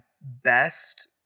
best